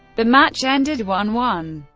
the match ended one one.